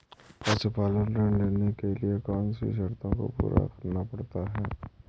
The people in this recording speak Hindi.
पशुपालन ऋण लेने के लिए कौन सी शर्तों को पूरा करना पड़ता है?